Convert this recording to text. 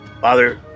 Father